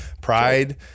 pride